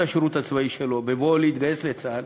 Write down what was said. השירות הצבאי שלו בבואו להתגייס לצה"ל,